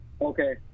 Okay